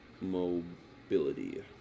mobility